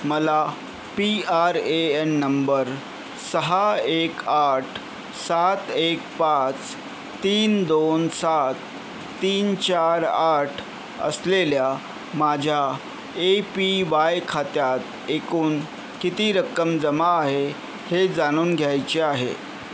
मला P R A N number सहा एक आठ सात एक पाच तीन दोन सात तीन चार आठ असलेल्या माझ्या ए पी वाय खात्यात एकूण किती रक्कम जमा आहे हे जाणून घ्यायचे आहे